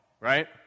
right